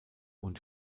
und